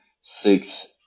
six